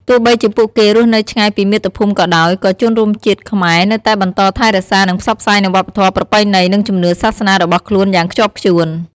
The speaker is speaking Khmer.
ទោះបីជាពួកគេរស់នៅឆ្ងាយពីមាតុភូមិក៏ដោយ ក៏ជនរួមជាតិខ្មែរនៅតែបន្តថែរក្សា និងផ្សព្វផ្សាយនូវវប្បធម៌ ប្រពៃណី និងជំនឿសាសនារបស់ខ្លួនយ៉ាងខ្ជាប់ខ្ជួន។